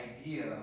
idea